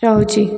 ରହୁଛି